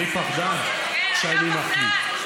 אני פחדן כשאני מחליט.